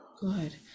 good